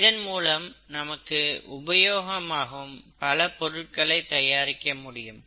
இதன் மூலம் நமக்கு உபயோகமாகும் பல பொருட்களை தயாரிக்க முடியும்